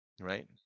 Right